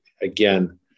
again